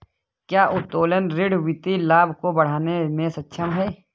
क्या उत्तोलन ऋण वित्तीय लाभ को बढ़ाने में सक्षम है?